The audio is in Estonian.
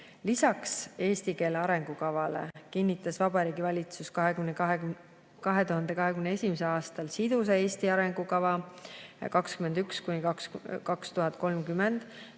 Lisaks eesti keele arengukavale kinnitas Vabariigi Valitsus 2021. aastal "Sidusa Eesti arengukava 2021–2030",